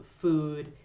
food